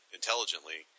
intelligently